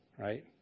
right